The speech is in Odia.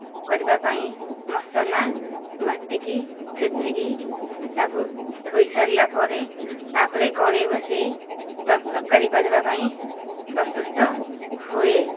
କରିବା ପାଇଁ ମସଲା ବାଟିକି ଛେଚିକି ତାକୁ ଥୋଇସାରିଲା ପରେ ତା'ପରେ କଡ଼େଇ ବସେଇ ତରକାରୀ କରିବା ପାଇଁ ପ୍ରସ୍ତୁତ ହୁଏ